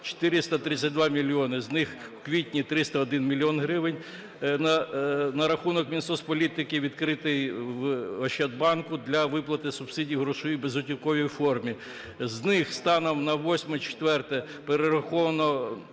432 мільйони; з них у квітні 301 мільйон гривень на рахунок Мінсоцполітики відкритий у "Ощадбанку" для виплати субсидій у грошовій безготівковій формі; з них станом на 08.04 перераховано